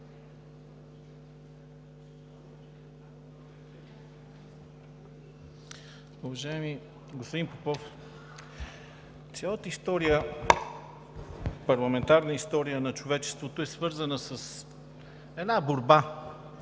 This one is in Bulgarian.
Уважаеми господин Попов, цялата парламентарна история на човечеството е свързана с една борба,